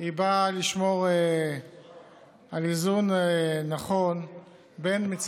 היא באה לשמור על איזון נכון בין,